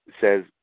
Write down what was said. says